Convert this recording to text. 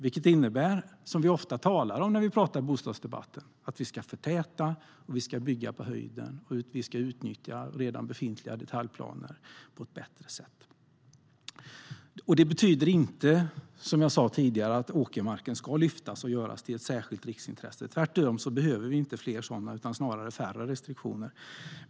Det innebär, vilket vi ofta talar om i bostadsdebatten, att vi ska förtäta, bygga på höjden och utnyttja redan befintliga detaljplaner på ett bättre sätt. Som jag sa tidigare betyder detta inte att åkermarken ska göras till ett särskilt riksintresse. Tvärtom behöver vi inte fler sådana restriktioner utan snarare färre.